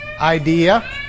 idea